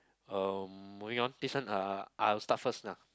uh moving on this one uh I'll start first lah